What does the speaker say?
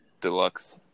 deluxe